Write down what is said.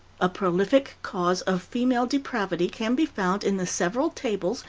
a prolific cause of female depravity can be found in the several tables,